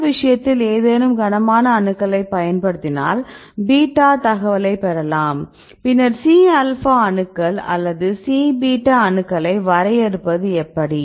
இந்த விஷயத்தில் ஏதேனும் கனமான அணுக்களைப் பயன்படுத்தினால் பீட்டா தகவலைப் பெறலாம் பின்னர் C ஆல்பா அணுக்கள் அல்லது C பீட்டா அணுக்களைப் வரையறுப்பது எப்படி